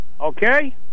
Okay